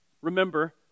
Remember